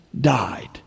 died